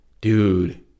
dude